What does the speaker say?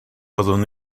byddwn